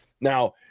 now